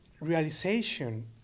realization